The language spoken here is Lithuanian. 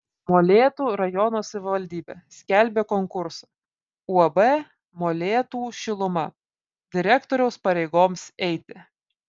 molėtų rajono savivaldybė skelbia konkursą uab molėtų šiluma direktoriaus pareigoms eiti